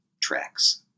tracks